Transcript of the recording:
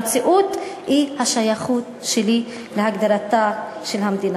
מציאות היא השייכות שלי להגדרתה של המדינה,